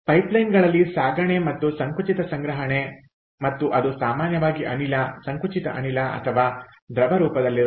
ಪೈಪ್ಲೈನ್ಗಳಲ್ಲಿ ಸಾಗಣೆ ಮತ್ತು ಸಂಕುಚಿತ ಸಂಗ್ರಹಣೆ ಮತ್ತು ಅದು ಸಾಮಾನ್ಯವಾಗಿ ಅನಿಲ ಸಂಕುಚಿತ ಅನಿಲ ಅಥವಾ ದ್ರವ ರೂಪದಲ್ಲಿರುತ್ತದೆ